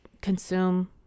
consume